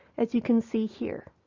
as you can see here.